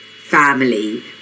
family